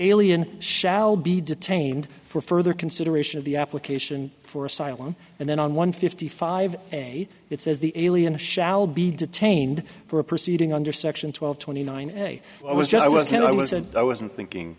alien shall be detained for further consideration of the application for asylum and then on one fifty five it says the alien shall be detained for a proceeding under section twelve twenty nine and i was just i was you know i wasn't i wasn't thinking